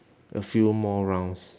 a few more rounds